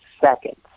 seconds